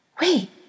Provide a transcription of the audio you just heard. Wait